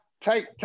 take